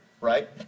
right